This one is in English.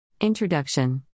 Introduction